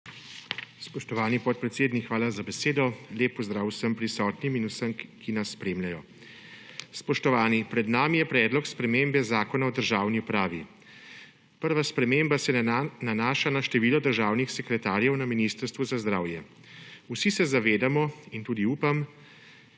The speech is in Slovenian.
Spoštovani podpredsednik, hvala za besedo. Lep pozdrav vsem prisotnim in vsem, ki nas spremljajo. Spoštovani! Pred nami je predlog spremembe Zakona o državni upravi. Prva sprememba se nanaša na število državnih sekretarjev na Ministrstvu za zdravje. Vsi se zavedamo in tudi upam,